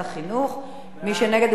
הוא בעד להסיר את זה מסדר-היום.